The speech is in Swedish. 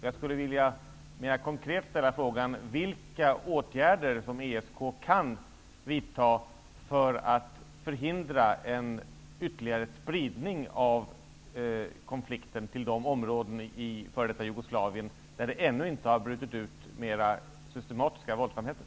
Jag vill mer konkrekt ställa frågan: Vilka åtgärder kan ESK vidta för att förhindra en ytterligare spridning av konflikten till de områden i f.d. Jugoslavien där det ännu inte har brutit ut mer systematiska våldsamheter?